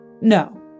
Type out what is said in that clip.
No